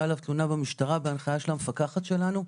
עליו תלונה במשטרה בהנחיה של המפקחת שלנו.